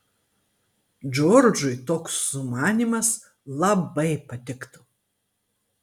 džordžui toks sumanymas labai patiktų